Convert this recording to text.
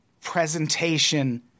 presentation